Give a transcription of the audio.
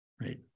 right